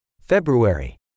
February